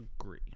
agree